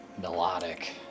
melodic